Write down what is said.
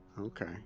Okay